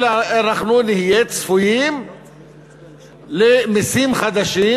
אלא אנחנו נהיה צפויים למסים חדשים